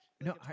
No